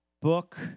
book